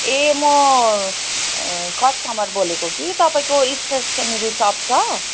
ए म कस्टमर बोलेको कि तपाईँको स्टेसनरी सप छ